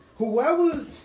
whoever's